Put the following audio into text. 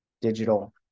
digital